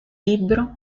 libro